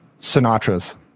Sinatra's